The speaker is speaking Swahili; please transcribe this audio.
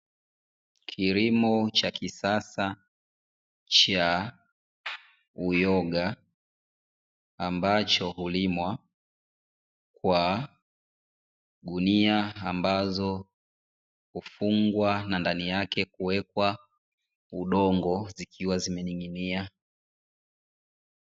Kilimo cha kisasa cha uyoga ambacho hulimwa kwa gunia ambazo kufungwa na ndani yake kuwekwa udongo zikiwa zimening'inia.